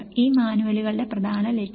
ഈ മാനുവലുകളുടെ പ്രധാന ലക്ഷ്യം